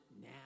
now